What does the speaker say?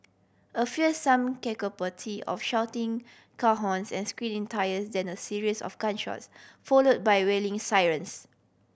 a fearsome of shouting car horns and screeching tyres then a series of gunshots follow by wailing sirens